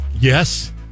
Yes